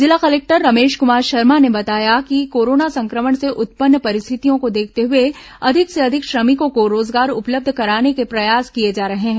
जिला कलेक्टर रमेश कुमार शर्मा ने बताया कि कोरोना संक्रमण से उत्पन्न परिस्थितियों को देखते हुए अधिक से अधिक श्रमिकों को रोजगार उपलब्ध कराने के प्रयास किए जा रहे हैं